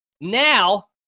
Now